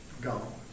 Gone